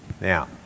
Now